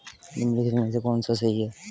निम्नलिखित में से कौन सा सही है?